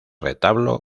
retablo